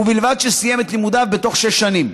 ובלבד שסיים את לימודיו בתוך שש שנים.